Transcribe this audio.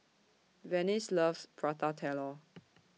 Venice loves Prata Telur